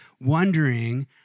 wondering